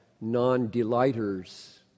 non-delighters